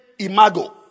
imago